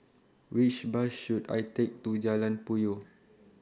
Which Bus should I Take to Jalan Puyoh